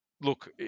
look